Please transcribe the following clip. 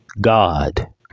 God